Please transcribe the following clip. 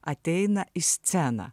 ateina į sceną